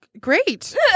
great